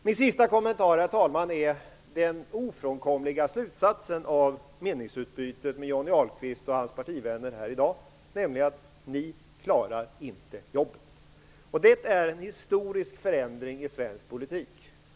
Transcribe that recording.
Min sista kommentar, herr talman, är den ofrånkomliga slutsatsen av meningsutbytet med Johnny Ahlqvist och hans partivänner här i dag, nämligen att ni klarar inte jobben. Det är en historisk förändring i svensk politik.